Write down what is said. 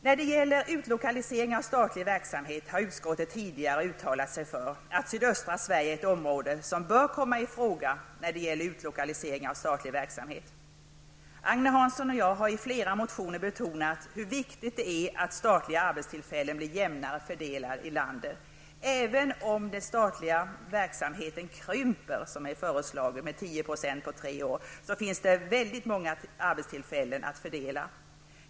När det gäller utlokalisering av statlig verksamhet har utskottet tidigare uttalat sig för att sydöstra Sverige är ett område som bör komma i fråga vid omlokalisering av statlig verksamhet. Agne Hansson och jag har i flera motioner betonat betydelsen av att statliga arbetstillfällen blir jämnare fördelade i landet. Även om den statliga verksamheten krymper, som det har föreslagits, med 10 % på tre år finns det väldigt många arbetstillfällen att fördela.